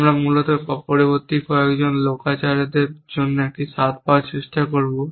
আমরা মূলত পরবর্তী কয়েকজন লেকচারারদের মধ্যে এর একটি স্বাদ পাওয়ার চেষ্টা করব